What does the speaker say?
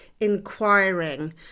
inquiring